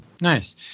Nice